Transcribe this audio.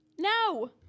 No